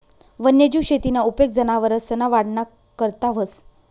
वन्यजीव शेतीना उपेग जनावरसना वाढना करता व्हस